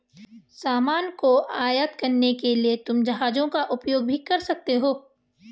सामान को आयात करने के लिए तुम जहाजों का उपयोग भी कर सकते हो